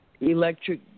electric